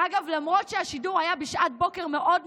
ואגב, למרות שהשידור היה בשעת בוקר מאוד מוקדמת,